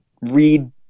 read